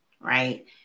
right